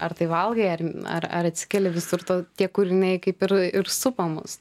ar tai valgai ar ar ar atsikeli visur to tie kūriniai kaip ir ir supa mus